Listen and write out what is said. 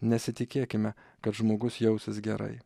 nesitikėkime kad žmogus jausis gerai